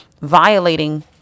violating